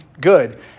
good